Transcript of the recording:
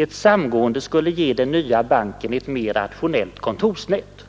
Ett samgående skulle ge den nya banken ett mer rationellt kontorsnät.”